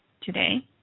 today